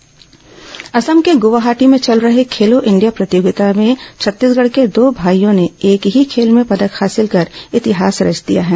खेलो India Assam के ग्वाहाटी में चल रहे खेलो इंडिया प्रतियोगिता में छत्तीसगढ़ के दो भाईयों ने एक ही खेल में पदक हासिल कर इतिहास रच दिया है